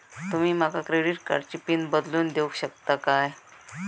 तुमी माका क्रेडिट कार्डची पिन बदलून देऊक शकता काय?